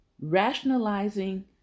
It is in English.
Rationalizing